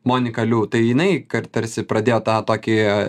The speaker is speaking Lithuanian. monika liu tai jinai kar tarsi pradėjo tą tokį